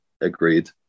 agreed